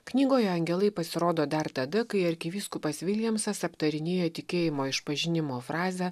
knygoje angelai pasirodo dar tada kai arkivyskupas viljamsas aptarinėja tikėjimo išpažinimo frazę